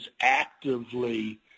actively